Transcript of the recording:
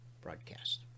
broadcast